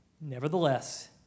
Nevertheless